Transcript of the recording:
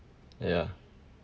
yeah